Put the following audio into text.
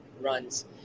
runs